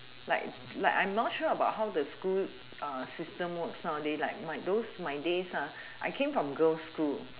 like like I'm not sure how the school system works nowadays but those my day ah I came from girl school